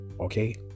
Okay